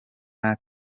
nta